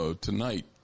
Tonight